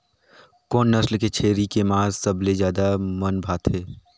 कोन नस्ल के छेरी के मांस सबले ज्यादा मन भाथे?